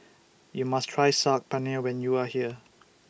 YOU must Try Saag Paneer when YOU Are here